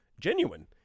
genuine